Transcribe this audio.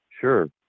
sure